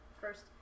first